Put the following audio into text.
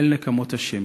אל נקמות ה',